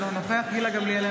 אינו נוכח גילה גמליאל,